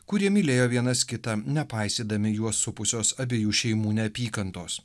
kurie mylėjo vienas kitą nepaisydami juos supusios abiejų šeimų neapykantos